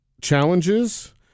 challenges